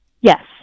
Yes